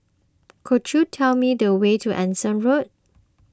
could you tell me the way to Anson Road